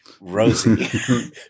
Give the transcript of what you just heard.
Rosie